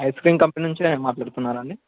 ice cream company నుంచి మాట్లాడుతున్నారా అండి